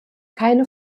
keine